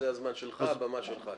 זה הזמן שלך, הבמה שלך.